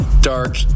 Dark